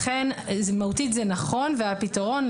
לכן מהותית זה נכון והפתרון,